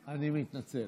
אני מתנצל.